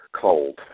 Cold